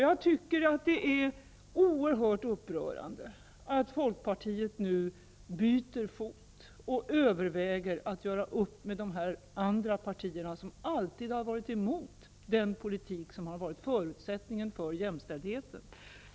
Jag tycker att det är oerhört upprörande att Folkpartiet nu byter fot och överväger att göra upp med de andra partierna, som alltid har varit emot den politik som har varit förutsättningen för jämställdheten.